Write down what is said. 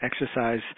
exercise